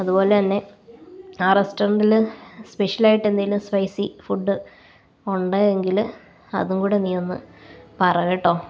അത് പോലെ തന്നെ ആ റെസ്റ്റൊറൻറ്റിൽ സ്പെഷ്യലായിട്ട് എന്തെങ്കിലും സ്പൈസീ ഫുഡ്ഡ് ഉണ്ട് എങ്കിൽ അതുംകൂടെ നീ ഒന്ന് പറ കേട്ടോ